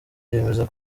yemeza